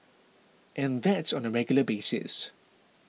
and that's on a regular basis